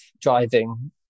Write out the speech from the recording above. driving